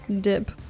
dip